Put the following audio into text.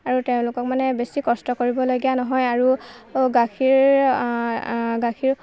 আৰু তেওঁলোকক মানে বেছি কষ্ট কৰিবলগীয়া নহয় আৰু গাখীৰ গাখীৰ